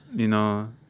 you know,